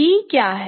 b क्या है